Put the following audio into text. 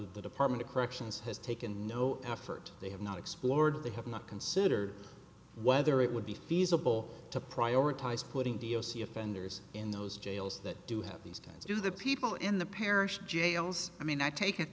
the department of corrections has taken no effort they have not explored they have not considered whether it would be feasible to prioritize putting v o c offenders in those jails that do have these ties to the people in the parish jails i mean i take it